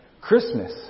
Christmas